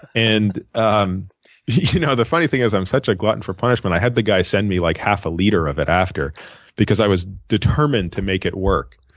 and um you know the funny thing is i'm such a glutton for punishment. i had the guy send me like half a liter of it after because i was determined to make it work.